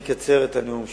אקצר את הנאום שלי.